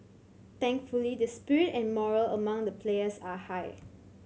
thankfully the spirit and morale among the players are high